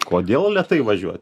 kodėl lėtai važiuot